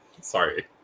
sorry